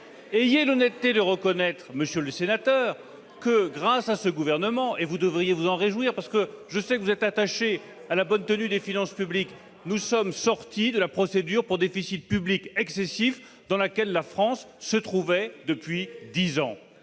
Ayez l'honnêteté de reconnaître que grâce à ce gouvernement- vous devriez vous en réjouir parce que je sais que vous êtes attaché à la bonne tenue des finances publiques -, la France est sortie de la procédure pour déficit public excessif dans laquelle elle se trouvait depuis dix ans.